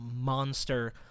monster